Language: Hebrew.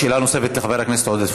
שאלה נוספת לחבר הכנסת עודד פורר.